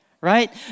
right